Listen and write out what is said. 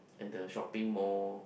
and the shopping mall